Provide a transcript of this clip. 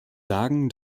sagen